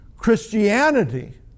Christianity